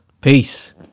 Peace